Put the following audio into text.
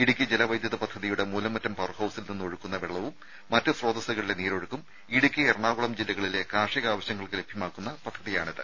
ഇടുക്കി ജലവൈദ്യുത പദ്ധതിയുടെ മൂലമറ്റം പവർഹൌസിൽനിന്ന് ഒഴുക്കുന്ന വെള്ളവും മറ്റ് സ്രോതസ്സുകളിലെ നീരൊഴുക്കും ഇടുക്കി എറണാകുളം ജില്ലകളിലെ കാർഷിക ആവശ്യങ്ങൾക്ക് ലഭ്യമാക്കുന്ന പദ്ധതിയാണിത്